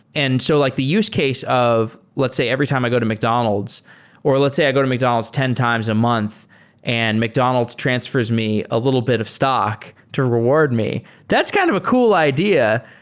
and so like the use case of let's say every time i go to mcdonald's or let's say i go to mcdonald's ten times a month and mcdonald's transfers me a little bit of stock to reward me, that's kind of a cool idea.